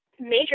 major